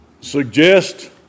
suggest